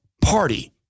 party